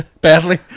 badly